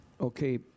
okay